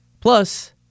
Plus